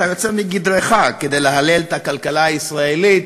אתה יוצא מגדרך כדי להלל את הכלכלה הישראלית